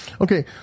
Okay